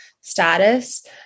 status